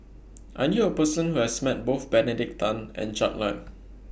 I knew A Person Who has Met Both Benedict Tan and Jack Lai